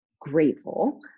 grateful